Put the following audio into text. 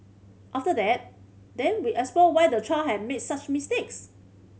after that then we explore why the child had made such mistakes